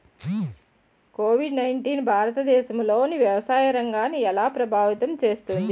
Covid nineteen భారతదేశంలోని వ్యవసాయ రంగాన్ని ఎలా ప్రభావితం చేస్తుంది?